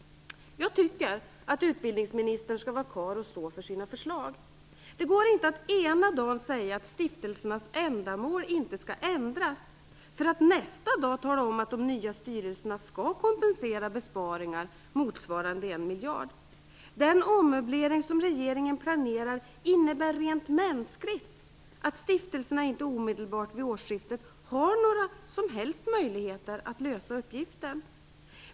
Jag tycker att utbildningsministern skall vara karl att stå för sina förslag. Det går inte att ena dagen säga att stiftelserna ändamål inte skall ändras för att nästa dag tala om att de nya styrelserna skall kompensera besparingar motsvarande 1 miljard. Den ommöblering som regeringen planerar innebär rent mänskligt att stiftelserna inte omedelbart vid årsskiftet har några som helst möjligheter att lösa uppgiften.